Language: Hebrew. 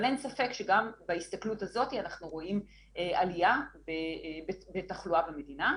אבל אין ספק שגם בהסתכלות הזאת אנחנו רואים עלייה בתחלואה במדינה.